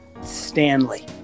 stanley